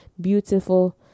beautiful